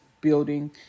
building